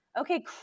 okay